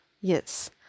yes